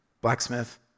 Blacksmith